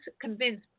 convince